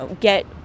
get